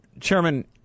Chairman